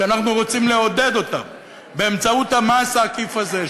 אנחנו רוצים לעודד אותם באמצעות המס העקיף הזה,